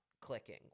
clicking